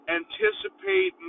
anticipate